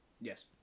Yes